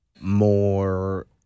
more